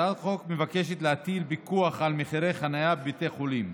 הצעת החוק מבקשת להטיל פיקוח על מחירי חנייה בבתי החולים.